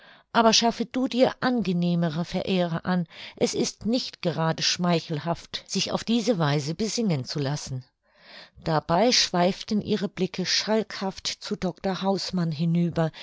aber schaffe du dir angenehmere verehrer an es ist nicht gerade schmeichelhaft sich auf diese weise besingen zu lassen dabei schweiften ihre blicke schalkhaft zu dr hausmann hinüber